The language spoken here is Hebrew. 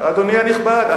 אדוני הנכבד,